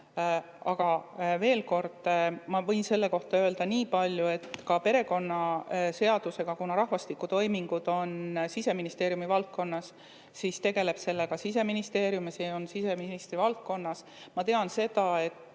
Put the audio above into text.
Aga veel kord: ma võin selle kohta öelda niipalju, et ka perekonnaseadusega, kuna rahvastikutoimingud on Siseministeeriumi valdkonnas, tegeleb Siseministeerium, see on siseministri valdkonnas. Ma tean, on